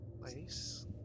place